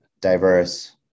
diverse